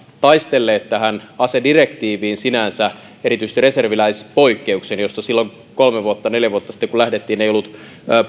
taistelleet tähän asedirektiiviin sinänsä erityisesti reserviläispoikkeuksen josta silloin kolme neljä vuotta sitten kun lähdettiin liikkeelle ei ollut